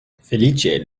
feliĉe